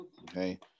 okay